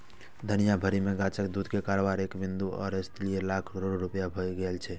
दुनिया भरि मे गाछक दूध के कारोबार एक बिंदु अड़तालीस लाख करोड़ रुपैया भए गेल छै